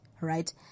Right